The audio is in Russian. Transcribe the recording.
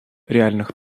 реальных